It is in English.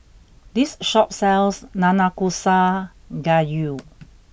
this shop sells Nanakusa Gayu